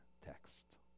text